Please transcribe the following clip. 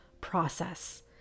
process